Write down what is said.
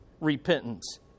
repentance